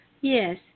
Yes